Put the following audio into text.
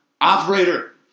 operator